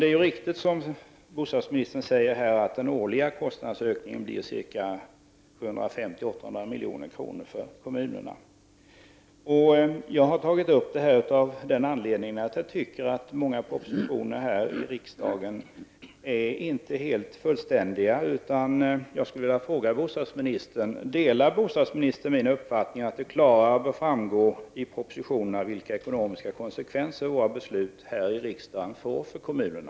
Det är riktigt, som bostadsministern säger i sitt svar, att den årliga kostnadsökningen blir 750-800 milj.kr. för kommunerna. Jag har tagit upp den här frågan till diskussion därför att många propositioner som kommer till riksdagen enligt min mening inte är fullständiga. Jag vill fråga bostadsministern om han delar min uppfattning, att det i propositionerna klarare bör framgå vilka ekonomiska konsekvenser våra beslut här i riksdagen får för kommunerna.